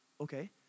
okay